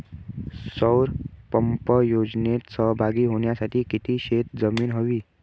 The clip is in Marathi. सौर पंप योजनेत सहभागी होण्यासाठी किती शेत जमीन हवी?